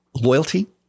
loyalty